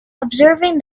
observing